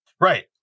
Right